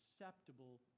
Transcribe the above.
acceptable